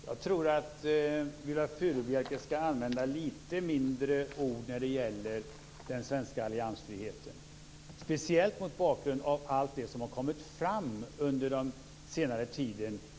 Herr talman! Jag tror att Viola Furubjelke skall använda lite mindre ord när det gäller den svenska alliansfriheten, speciellt mot bakgrund av allt det som har kommit fram under senare tid.